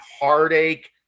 heartache